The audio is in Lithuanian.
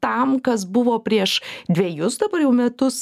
tam kas buvo prieš dvejus dabar jau metus